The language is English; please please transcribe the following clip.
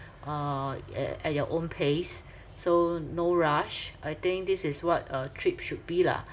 uh at at your own pace so no rush I think this is what a trip should be lah